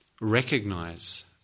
recognize